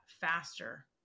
faster